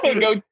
Go